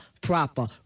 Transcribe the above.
proper